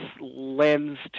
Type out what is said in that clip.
lends